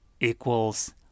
equals